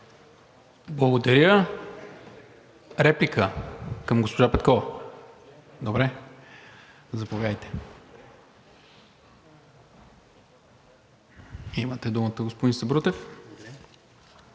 Благодаря. Реплика към госпожа Петкова? Добре. Имате думата, господин Сабрутев.